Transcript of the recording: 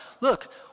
look